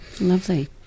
lovely